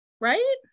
Right